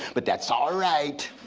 but that's all right.